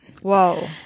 Whoa